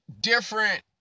different